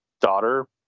daughter